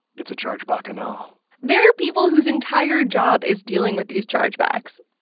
it's a chargebacchanal there are people whose entire job is dealing with these chargebacks,